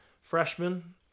freshman